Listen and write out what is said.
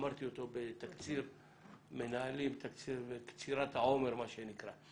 אמרתי אותו בתקציר מנהלים, קצירת העומר, מה שנקרא.